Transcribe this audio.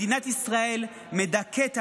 מדינת ישראל מדכאת עלייה.